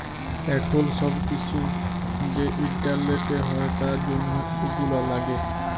এখুল সব কিসু যে ইন্টারলেটে হ্যয় তার জনহ এগুলা লাগে